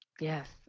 Yes